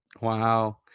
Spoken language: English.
Wow